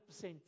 100%